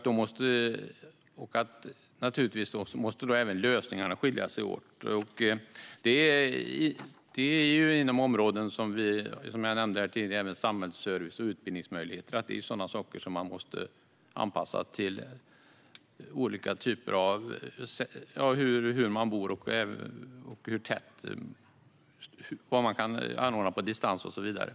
Då måste naturligtvis även lösningarna skilja sig åt. Som jag nämnde förut är det inom områden som samhällsservice och utbildning som man måste göra anpassningar beroende på hur folk bor och vad som kan anordnas på distans och så vidare.